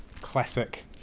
Classic